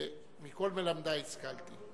מכל מלמדי השכלתי.